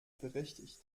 berechtigt